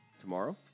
tomorrow